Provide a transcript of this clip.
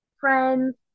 friends